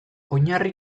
oinarri